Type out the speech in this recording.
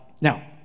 Now